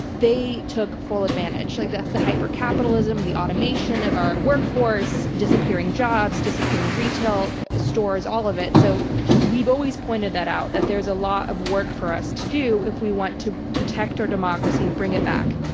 they took full advantage, like the the hyper capitalism, the automation of our workforce, disappearing jobs, disappearing retail stores, all of it. so we've always pointed that out, that there's a lot of work for us to do if we want to protect our democracy and bring it back.